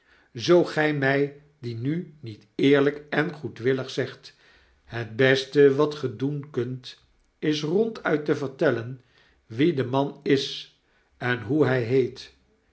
zoo gy mij die nu niet eerlyk en goedwillig zegt het beste wat gij doen kunt is ronduit te vertellen wie de man is en hoe hy heet